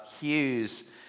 Hughes